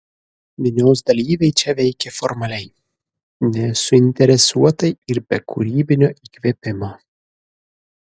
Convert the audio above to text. minios dalyviai čia veikė formaliai nesuinteresuotai ir be kūrybinio įkvėpimo